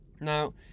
Now